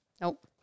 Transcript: Nope